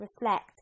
reflect